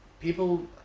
People